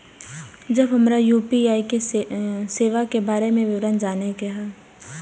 जब हमरा यू.पी.आई सेवा के बारे में विवरण जाने के हाय?